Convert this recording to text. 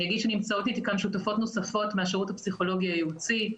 נמצאות אתי כאן שותפות נוספות מהשירות הפסיכולוגי הייעוצי.